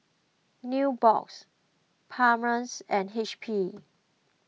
Nubox Palmer's and H P